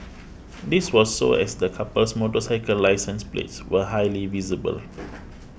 this was so as the couple's motorcycle license plates were highly visible